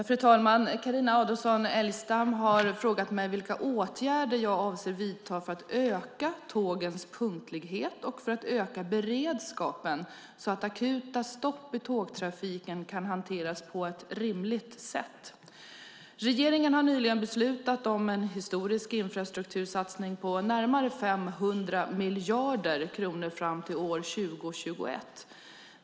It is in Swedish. Fru talman! Carina Adolfsson Elgestam har frågat mig vilka åtgärder jag avser att vidta för att öka tågens punktlighet och för att öka beredskapen så att akuta stopp i tågtrafiken kan hanteras på ett rimligt sätt. Regeringen har nyligen beslutat om en historisk infrastruktursatsning på närmare 500 miljarder kronor fram till år 2021.